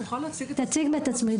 תוכל להציג את עצמך?